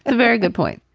ah very good point